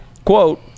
Quote